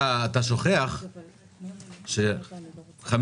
אתה שוכח ש-50%,